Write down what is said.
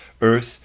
earth